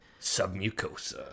Submucosa